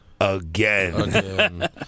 Again